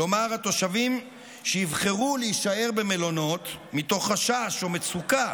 כלומר, התושבים שיבחרו להישאר במלונות, מתוך מצוקה